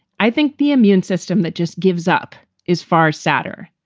i think the immune system that just gives up is far sadder.